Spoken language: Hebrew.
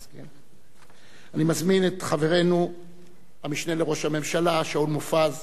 מזמין את חברנו המשנה לראש הממשלה שאול מופז לומר את דבריו,